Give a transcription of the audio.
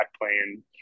playing